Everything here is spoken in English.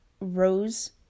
rose